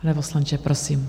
Pane poslanče, prosím.